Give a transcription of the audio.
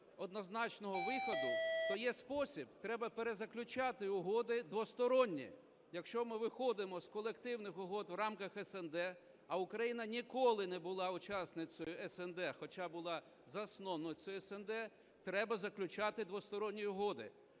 однозначного виходу, то є спосіб: треба перезаключати угоди двосторонні. Якщо ми виходимо з колективних угод в рамках СНД, а Україна ніколи не була учасницею СНД, хоча була засновницею СНД, треба заключати двосторонні угоди.